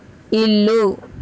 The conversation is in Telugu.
ఇల్లు